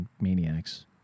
Maniacs